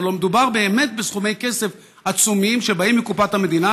הלוא מדובר באמת בסכומי כסף עצומים שבאים מקופת המדינה,